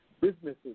businesses